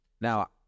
Now